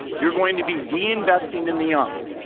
you're going to be deinvesting in the young.